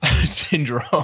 syndrome